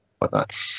whatnot